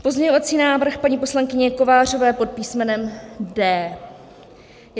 Pozměňovací návrh paní poslankyně Kovářové pod písmenem D.